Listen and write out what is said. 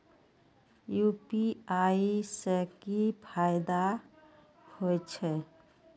UPI से की फायदा हो छे?